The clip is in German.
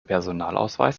personalausweis